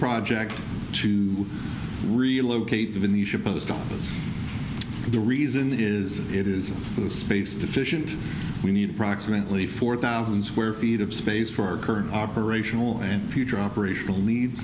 project to relocate them in the post office and the reason is it is space deficient we need proximately four thousand square feet of space for our current operational and future operational needs